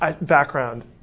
Background